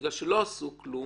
בגלל שלא עשו כלום,